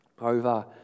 over